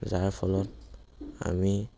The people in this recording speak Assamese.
যাৰ ফলত আমি